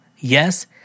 Yes